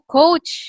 coach